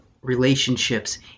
relationships